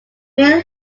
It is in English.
mill